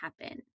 happen